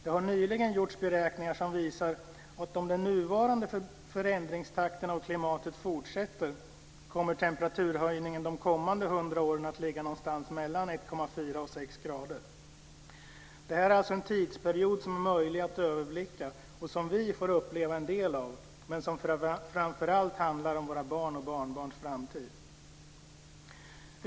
Det har nyligen gjorts beräkningar som visar att om den nuvarande förändringstakten för klimatet fortsätter kommer temperaturhöjningen de kommande hundra åren att ligga någonstans mellan 1,4 och 6 grader. Det är alltså en tidsperiod som är möjlig att överblicka och som vi får uppleva en del av, men som framför allt handlar om våra barns och barnbarns framtid.